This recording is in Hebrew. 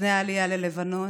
לפני העלייה ללבנון,